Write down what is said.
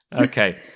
Okay